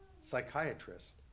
psychiatrist